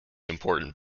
important